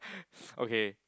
okay